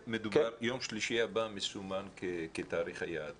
אם כי יום שלישי הבא מסומן כתאריך היעד.